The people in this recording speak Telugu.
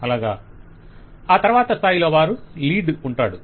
క్లయింట్ ఆ తర్వాత స్థాయిలో వారి లీడ్ ఉంటాడు